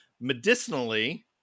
Medicinally